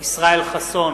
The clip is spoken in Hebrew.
ישראל חסון,